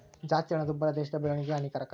ಜಾಸ್ತಿ ಹಣದುಬ್ಬರ ದೇಶದ ಬೆಳವಣಿಗೆಗೆ ಹಾನಿಕರ